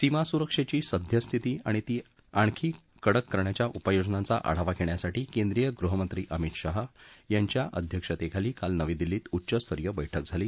सीमासुरक्षेची सद्यस्थिती आणि आणखी कडक उपाययोजनांचा आढावा घेण्यासाठी केंद्रीय गृहमंत्री अमित शाह यांच्या अध्यक्षतेखाली काल नवी दिल्लीत उच्चस्तरीय बैठक झाली